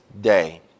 day